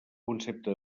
concepte